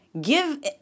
Give